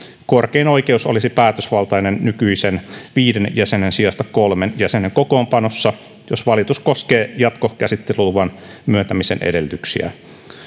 korkein oikeus olisi päätösvaltainen nykyisen viiden jäsenen sijasta kolmen jäsenen kokoonpanossa jos valitus koskee jatkokäsittelyluvan myöntämisen edellytyksiä